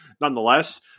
nonetheless